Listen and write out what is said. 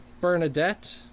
Bernadette